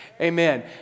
Amen